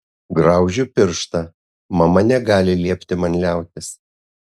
graužiu pirštą mama negali liepti man liautis